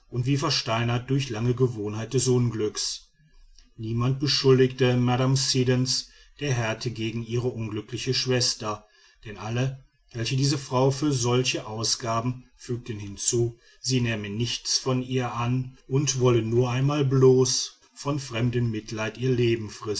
und wie versteinert durch lange gewohnheit des unglücks niemand beschuldigte mme siddons der härte gegen ihre unglückliche schwester denn alle welche diese frau für solche ausgaben fügten hinzu sie nähme nichts von ihr an und wolle nun einmal bloß von fremdem mitleid ihr leben